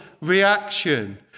reaction